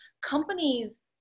companies